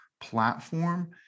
platform